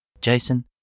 Jason